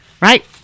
right